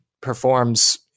performs